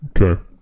Okay